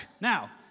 Now